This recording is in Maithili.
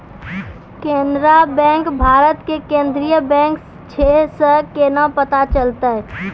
केनरा बैंक भारत के केन्द्रीय बैंक छै से केना पता चलतै?